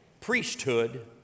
priesthood